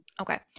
okay